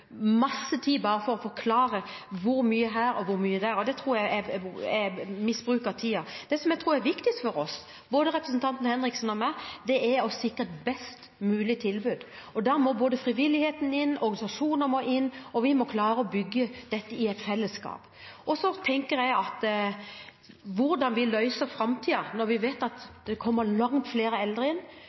tid bare på å forklare hvor mye som er her, og hvor mye som er der. Det tror jeg er misbruk av tiden. Det jeg tror er viktigst for oss, både representanten Henriksen og meg, er å sikre et best mulig tilbud. Da må både frivilligheten og organisasjoner inn, og vi må klare å bygge dette i fellesskap. Jeg tenker at for å løse dette i framtiden når vi vet at det kommer langt flere eldre